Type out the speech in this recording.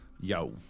Yo